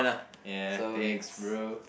ya thanks bro